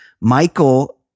Michael